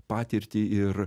patirtį ir